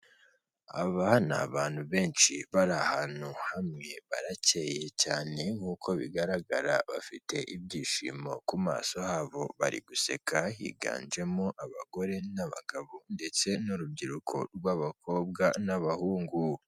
Aba ni abantu benshi bari ahantu hamwe, baracyeye cyane nk'uko bigaragara bafite ibyishimo ku maso habo bari guseka, higanjemo abagore n'abagabo ndetse n'urubyiruko rw'abakobwa n'abahungu.